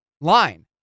line